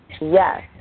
Yes